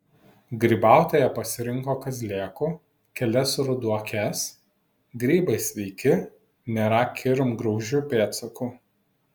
grybautoja prisirinko kazlėkų kelias ruduokes grybai sveiki nėra kirmgraužų pėdsakų